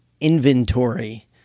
inventory